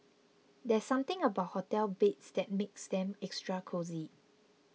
there's something about hotel beds that makes them extra cosy